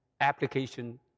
application